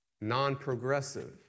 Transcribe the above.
Non-progressive